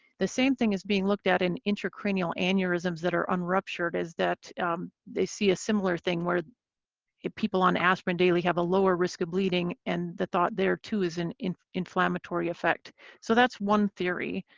the same thing is being looked at in intracranial aneurysms that are unruptured is that they see a similar thing where people on aspirin daily have a lower risk of bleeding. and the thought there too is an inflammatory effect. so that's one theory.